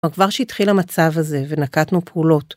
כבר שהתחיל המצב הזה ונקטנו פעולות.